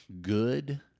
good